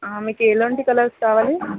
మీకు ఎలాంటి కలర్స్ కావాలి